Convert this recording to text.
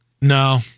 No